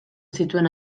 zituen